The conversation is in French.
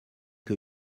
que